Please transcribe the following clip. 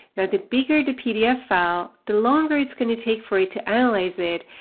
the the bigger the pdf file, the longer it's going to take for it to analyze it,